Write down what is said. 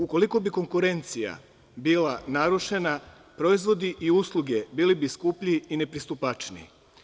Ukoliko bi konkurencija bila narušena, proizvodi i usluge bili bi skuplji i nepristupačniji.